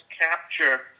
capture